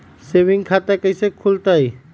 Saving खाता कैसे खुलतई?